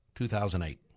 2008